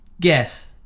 Guess